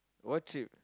what trip